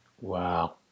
Wow